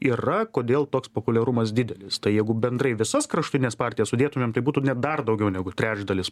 yra kodėl toks populiarumas didelis tai jeigu bendrai visas kraštutines partijas sudėtumėm tai būtų net dar daugiau negu trečdalis